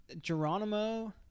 Geronimo